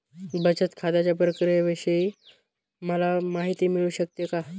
बचत खात्याच्या प्रक्रियेविषयी मला माहिती मिळू शकते का?